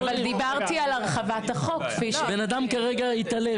אבל דיברתי על הרחבת החוק כפי --- בן אדם כרגע התעלף.